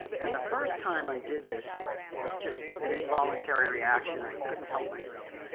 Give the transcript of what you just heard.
and the first time i did this was just an involuntary reaction, i couldn't help myself.